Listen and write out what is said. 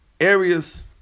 areas